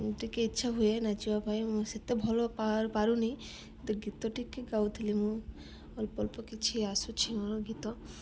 ଟିକେ ଇଚ୍ଛା ହୁଏ ନାଚିବା ପାଇଁ ମୁଁ ସେତେ ଭଲ ପାରୁନି ତ ଗୀତ ଟିକେ ଗାଉଥିଲି ମୁଁ ଅଳ୍ପ ଅଳ୍ପ କିଛି ଆସୁଛି ମୋର ଗୀତ